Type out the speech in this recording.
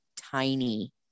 tiny